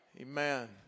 Amen